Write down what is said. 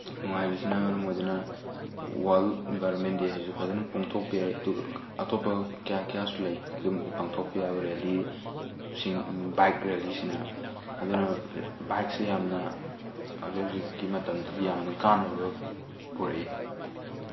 ꯅꯨꯡꯉꯥꯏꯕꯁꯤꯅ ꯃꯔꯝ ꯑꯣꯏꯗꯨꯅ world environment day ꯁꯤꯁꯨ ꯐꯖꯅ ꯄꯥꯡꯊꯣꯛꯄ ꯌꯥꯏ ꯑꯗꯨꯒ ꯑꯇꯣꯞꯄ ꯀꯌꯥ ꯀꯌꯥꯁꯨ ꯂꯩ ꯑꯗꯨꯝ ꯄꯥꯡꯊꯣꯛꯄ ꯌꯥꯕ ꯔꯦꯂꯤ ꯁꯤꯡ ꯕꯥꯏꯛ ꯔꯦꯂꯤꯁꯤꯅ ꯑꯗꯨꯅ ꯕꯥꯏꯛꯁꯦ ꯌꯥꯝꯅ ꯍꯧꯖꯤꯛ ꯍꯧꯖꯤꯛꯀꯤ ꯃꯇꯝꯗꯗꯤ ꯌꯥꯝꯅ ꯀꯥꯟꯅꯕ ꯄꯨꯔꯛꯏ